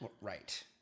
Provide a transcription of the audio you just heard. Right